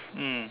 mm